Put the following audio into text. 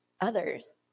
others